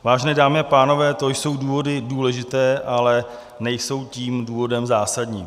Vážené dámy a pánové, to jsou důvody důležité, ale nejsou tím důvodem zásadním.